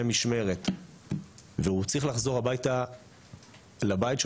משמרת והוא צריך לחזור הביתה לפריפריה,